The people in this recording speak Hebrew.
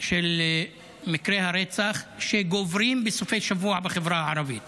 של מקרי הרצח בחברה הערבית